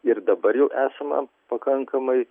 ir dabar jau esama pakankamai